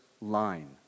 line